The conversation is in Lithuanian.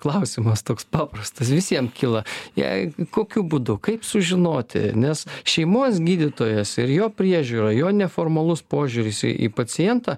klausimas toks paprastas visiem kyla jei kokiu būdu kaip sužinoti nes šeimos gydytojas ir jo priežiūra jo neformalus požiūris į į pacientą